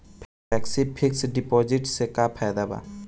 Flexi fix deposit से का फायदा भा?